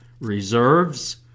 reserves